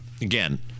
again